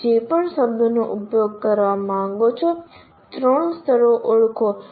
તમે જે પણ શબ્દોનો ઉપયોગ કરવા માંગો છો ત્રણ સ્તરો ઓળખો